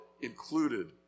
included